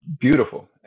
beautiful